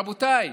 רבותיי,